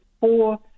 four